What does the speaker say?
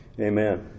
amen